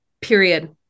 period